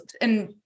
and-